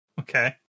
Okay